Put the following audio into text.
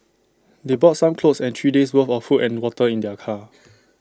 they brought some clothes and three days'worth of food and water in their car